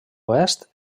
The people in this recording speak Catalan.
oest